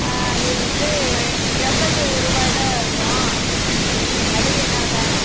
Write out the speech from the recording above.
ஆ அது வந்து எவ்வளவு ரூபாயில் இருக்கும் அடி என்ன வெலை